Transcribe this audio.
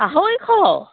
আঢ়ৈশ